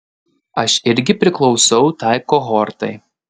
aš irgi priklausau tai kohortai